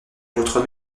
votre